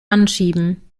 anschieben